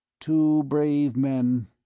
two brave men,